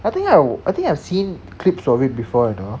I think I I think I've seen clips of it before you know